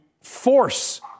force